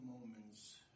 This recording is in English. moments